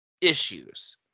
issues